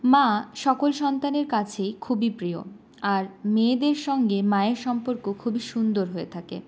মা সকল সন্তানের কাছেই খুবই প্রিয় আর মেয়েদের সঙ্গে মায়ের সম্পর্ক খুবই সুন্দর হয়ে থাকে